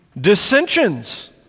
dissensions